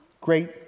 great